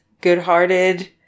good-hearted